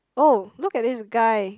oh look at this guy